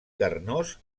carnós